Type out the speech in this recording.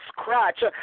scratch